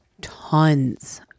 tons